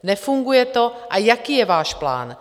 Nefunguje to, a jaký je váš plán?